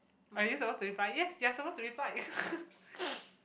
are you supposed to reply yes you are supposed to reply